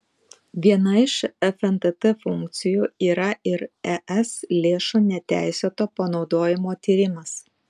viena iš fntt funkcijų yra ir es lėšų neteisėto panaudojimo tyrimas